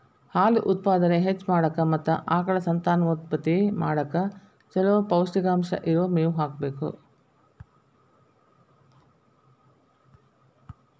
ಹಾಲು ಉತ್ಪಾದನೆ ಹೆಚ್ಚ್ ಮಾಡಾಕ ಮತ್ತ ಆಕಳ ಸಂತಾನೋತ್ಪತ್ತಿ ಮಾಡಕ್ ಚೊಲೋ ಪೌಷ್ಟಿಕಾಂಶ ಇರೋ ಮೇವು ಹಾಕಬೇಕು